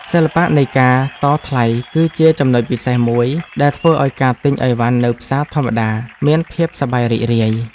សិល្បៈនៃការតថ្លៃគឺជាចំណុចពិសេសមួយដែលធ្វើឱ្យការទិញអីវ៉ាន់នៅផ្សារធម្មតាមានភាពសប្បាយរីករាយ។